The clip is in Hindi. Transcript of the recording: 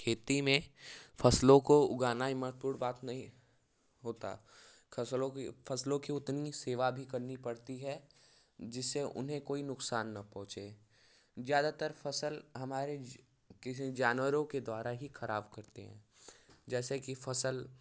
खेती में फसलों को उगाना ही महत्वपूर्ण बात नहीं होता फसलों की उतनी सेवा भी करनी पड़ती है जिससे उन्हें कोई नुकसान ना पहुँचे ज़्यादातर फसल हमारे किसी जानवरों के द्वारा ही खराब करते हैं जैसे कि फसल